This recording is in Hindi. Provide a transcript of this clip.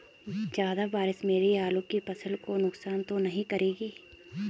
ज़्यादा बारिश मेरी आलू की फसल को नुकसान तो नहीं करेगी?